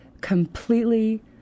completely